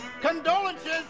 Condolences